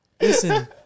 Listen